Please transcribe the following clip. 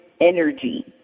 energy